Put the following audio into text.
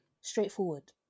Straightforward